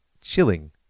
Chilling